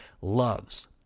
loves